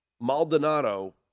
Maldonado